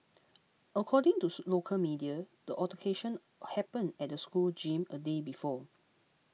according tooth local media the altercation happened at the school gym a day before